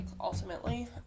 ultimately